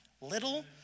Little